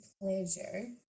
pleasure